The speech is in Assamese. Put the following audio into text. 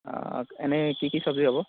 এনেই কি কি চব্জি হ'ব